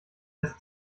ist